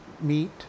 meet